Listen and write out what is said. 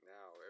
Now